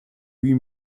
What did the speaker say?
huit